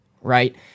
right